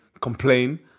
complain